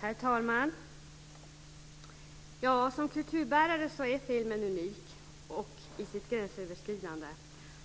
Herr talman! Som kulturbärare är filmen unik i sitt gränsöverskridande.